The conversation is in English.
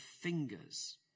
fingers